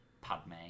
Padme